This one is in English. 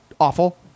awful